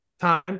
Time